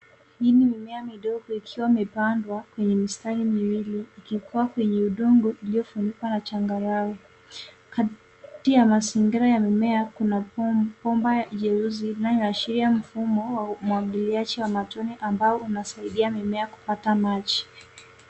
Hii ni mimea midogo ikiwa imepandwa kwenye mistari miwili ikikua kwenye udongo iliyofunikwa na changarawe. Kati ya mazingira ya mimea, kuna bomba jeusi linaloashiria mfumo wa umwagiliaji wa matone ambao unasaidia mimea kupata maji.